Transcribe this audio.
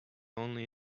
only